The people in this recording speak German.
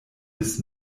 bis